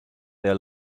their